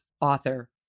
author